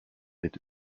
with